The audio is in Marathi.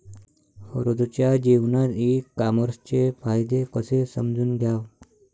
रोजच्या जीवनात ई कामर्सचे फायदे कसे समजून घ्याव?